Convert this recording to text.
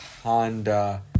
Honda